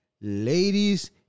ladies